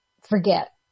forget